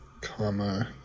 Comma